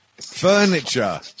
Furniture